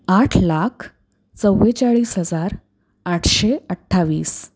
आठ लाख चव्वेचाळीस हजार आठशे अठ्ठावीस